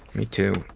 me too.